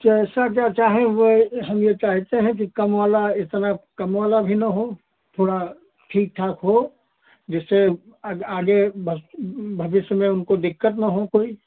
जैसा क्या चाहें हम ये चाहते हैं कि कम वाला इतना कम वाला भी न हो थोड़ा ठीक ठाक हो जिससे आ आगे भ भविष्य में उनको दिक्कत न हो कोई